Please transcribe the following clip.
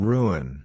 Ruin